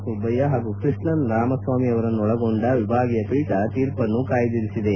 ಸುಬ್ಬಯ್ಯ ಹಾಗೂ ಕೃಷ್ಣನ್ ರಾಮಸ್ವಾಮಿ ಅವರನ್ನೊಳಗೊಂಡ ವಿಭಾಗೀಯ ಪೀಠ ತೀರ್ಪನ್ನು ಕಾಯ್ದಿರಿಸಿದೆ